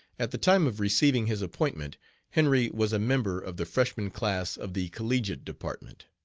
at the time of receiving his appointment henry was a member of the freshman class of the collegiate department.